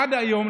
עד היום,